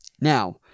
Now